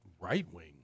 right-wing